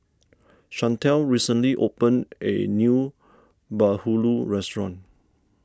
Chantelle recently opened a new Bahulu restaurant